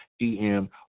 EM